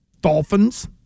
Dolphins